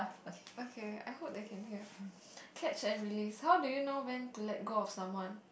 okay I hope they can hear catch and release how do you know when to let go of someone